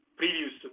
previous